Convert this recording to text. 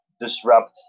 disrupt